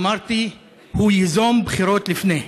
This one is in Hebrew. אמרתי, הוא ייזום בחירות לפני,